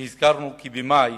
שהזכרנו כי במאי